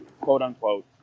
quote-unquote